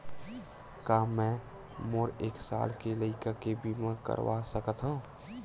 का मै मोर एक साल के लइका के बीमा करवा सकत हव?